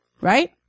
right